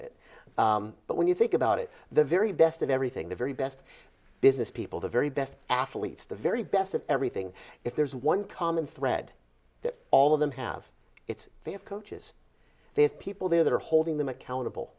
it but when you think about it the very best of everything the very best business people the very best athletes the very best of everything if there's one common thread that all of them have it's they have coaches they have people that are holding them accountable